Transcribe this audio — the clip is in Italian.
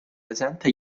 presente